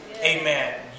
amen